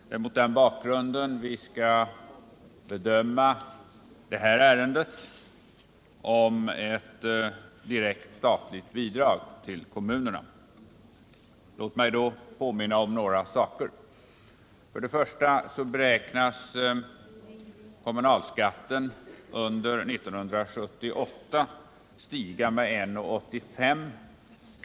Det är mot den bakgrunden vi skall bedöma detta ärende om ett direkt statligt bidrag till kommunerna. Låt mig då påminna om några saker. För det första beräknas kommunalskatten under 1978 stiga med 1:85 kr.